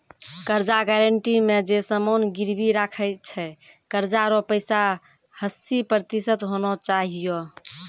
कर्जा गारंटी मे जे समान गिरबी राखै छै कर्जा रो पैसा हस्सी प्रतिशत होना चाहियो